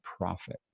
profit